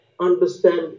understand